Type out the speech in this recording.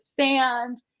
sand